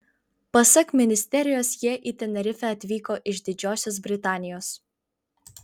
pasak ministerijos jie į tenerifę atvyko iš didžiosios britanijos